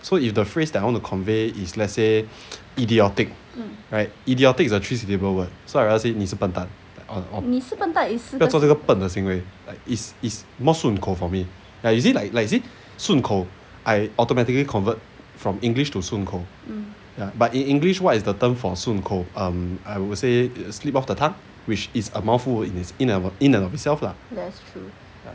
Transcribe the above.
so if the phrase that I want to convey it's let's say idiotic right idiotic is a three syllable word so let's say I say 你是笨蛋 or or 不要做这个笨的行为 is is more 顺口 for me like see like like see 顺口 I automatically convert from english to 顺口 ya but in english what is the term for 顺口 um I would say a slip of the tongue which is a mouthful in in of itself lah